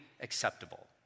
acceptable